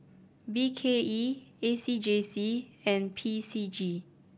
B K E A C J C and P C G